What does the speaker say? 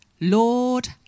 Lord